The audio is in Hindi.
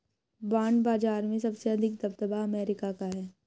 बांड बाजार में सबसे अधिक दबदबा अमेरिका का है